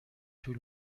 طول